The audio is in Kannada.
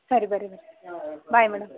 ಸರಿ ಬರ್ರೀ ಮೇಡಮ್ ಬಾಯ್ ಮೇಡಮ್